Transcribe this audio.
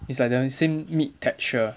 it's like the same meat texture